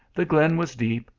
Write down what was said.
the glen was deep,